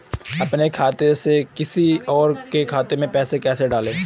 अपने खाते से किसी और के खाते में पैसे कैसे डालें?